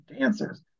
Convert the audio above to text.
dancers